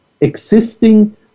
existing